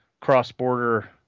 cross-border